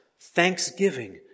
thanksgiving